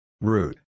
Root